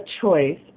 choice